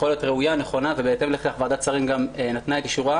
שיכולה להיות נכונה וראויה ובהתאם לכך ועדת השרים נתנה את אישורה,